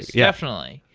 definitely.